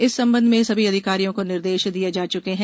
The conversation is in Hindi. इस संबंध में सभी अधिकारियों को निर्देश दिए जा चुके हैं